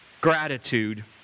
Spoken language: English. gratitude